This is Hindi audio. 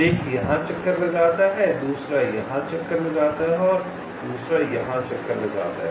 एक यहाँ चक्कर लगाता है दूसरा यहाँ चक्कर लगाता है दूसरा यहाँ चक्कर लगाता है